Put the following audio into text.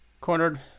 cornered